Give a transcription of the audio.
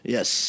Yes